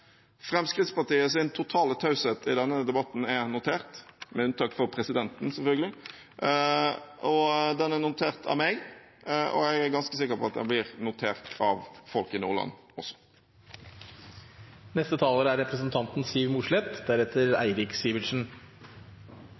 totale taushet i denne debatten er notert, med unntak av presidenten, selvfølgelig. Den er notert av meg, og jeg er ganske sikker på at den blir notert også av folk i Nordland.